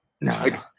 No